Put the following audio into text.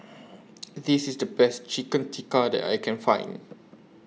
This IS The Best Chicken Tikka that I Can Find